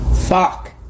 Fuck